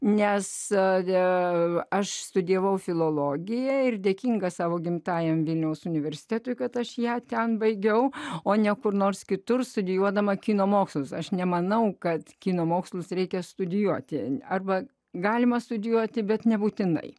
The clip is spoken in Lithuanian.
nesate aš studijavau filologiją ir dėkinga savo gimtajam vilniaus universitetui kad aš ją ten baigiau o ne kur nors kitur studijuodama kino mokslus aš nemanau kad kino mokslus reikia studijuoti arba galima studijuoti bet nebūtinai